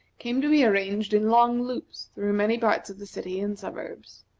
came to be arranged in long loops through many parts of the city and suburbs.